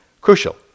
crucial